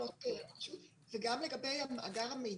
וגם לגבי מאגר המידע,